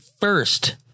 first